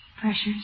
pressures